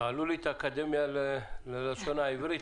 תעלו לי את האקדמיה ללשון העברית.